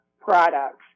products